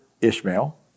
Ishmael